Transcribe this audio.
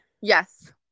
Yes